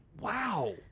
wow